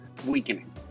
Weakening